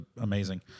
amazing